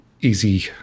easy